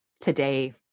today